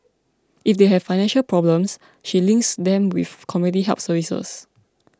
if they have financial problems she links them with community help services